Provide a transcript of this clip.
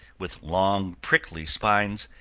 with long, prickly spines,